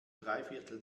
dreiviertel